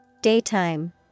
Daytime